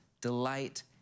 delight